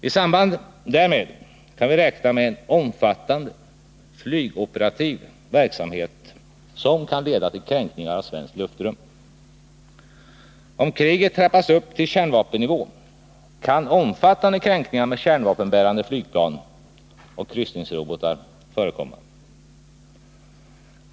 I samband därmed kan vi räkna med en omfattande flygoperativ verksamhet som kan leda till kränkning av svenskt luftrum. Om kriget trappas upp till kärnvapennivå kan omfattande kränkningar med kärnvapenbärande flygplan och kryssningsrobotar förekomma.